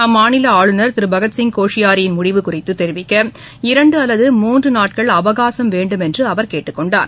அம்மாநில ஆளுநர் திரு பகத்சிங் கோஷியாரியின் முடிவு குறித்து தெரிவிக்க இரன்டு அல்லது மூன்று நாட்கள் அவகாசம் வேண்டுமென்று அவர் கேட்டுக் கொண்டார்